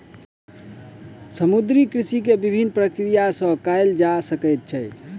समुद्रीय कृषि के विभिन्न प्रक्रिया सॅ कयल जा सकैत छै